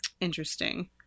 interesting